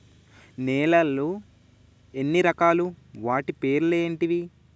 నేలలు ఎన్ని రకాలు? వాటి పేర్లు ఏంటివి?